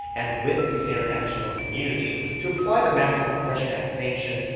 and with the international community, to apply the maximum pressure and sanctions.